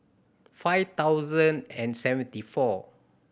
five thousand and seventy four